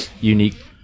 unique